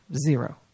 zero